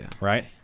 right